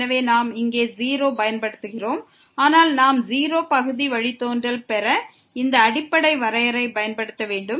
எனவே நாம் இங்கே 0ஐ பயன்படுத்துகிறோம் ஆனால் நாம் 0 பகுதி வழித்தோன்றலை பெற இந்த அடிப்படை வரையறை பயன்படுத்த வேண்டும்